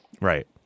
Right